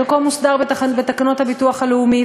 חלקו מוסדר בתקנות הביטוח הלאומי,